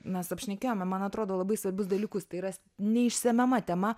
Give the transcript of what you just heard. mes apšnekėjome man atrodo labai svarbius dalykus tai yra neišsemiama tema